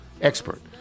expert